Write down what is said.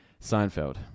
Seinfeld